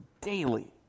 daily